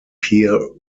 peer